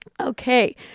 Okay